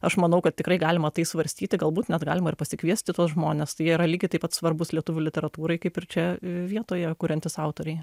aš manau kad tikrai galima tai svarstyti galbūt net galima ir pasikviesti tuos žmones tai jie yra lygiai taip pat svarbūs lietuvių literatūrai kaip ir čia vietoje kuriantys autoriai